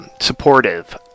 supportive